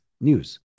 news